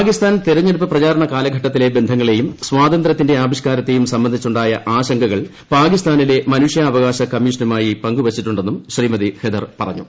പാകിസ്ഥാൻ തെരഞ്ഞെടുപ്പ് പ്രചാരണം കാലഘട്ടത്തിലെ ബന്ധങ്ങളെയും സ്വാതന്ത്യത്തിന്റെ ആവിഷ്ക്കാരത്തേയും സംബന്ധിച്ചുണ്ടായ ആശങ്കകൾ പാകിസ്ഥാനിലെ മനുഷ്യാവകാശ കമ്മീഷനുമായി പങ്കുവച്ചിട്ടുണ്ടെന്നും ശ്രീമതി ഹെതർ പറഞ്ഞു